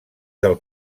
del